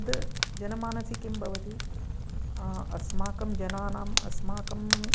तत् जनमनसि किं भवति अस्माकं जनानाम् अस्माकं